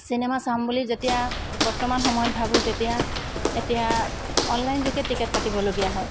cinema চাম বুলি যেতিয়া বৰ্তমান সময়ত ভাবোঁ তেতিয়া এতিয়া অনলাইন যোগে টিকেট কাটিবলগীয়া হয়